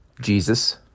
Jesus